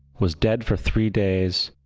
was dead for three days,